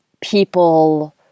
People